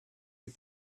you